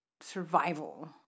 survival